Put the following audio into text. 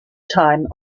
time